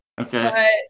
Okay